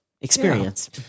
experience